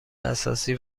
اساسی